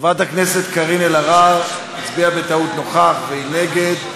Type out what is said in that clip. חברת הכנסת קארין אלהרר הצביעה בטעות "נוכח" והיא נגד.